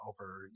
over